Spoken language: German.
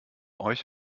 euch